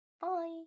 Bye